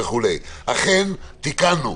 אכן תיקנו,